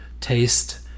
taste